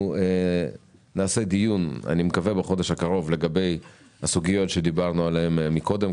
נקיים דיון בחודש הקרוב לגבי הסוגיות שדיברנו עליהן מקודם,